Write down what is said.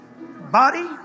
Body